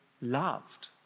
loved